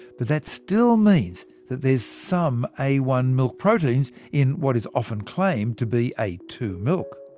but that still means that there's some a one milk proteins, in what is often claimed to be a two milk.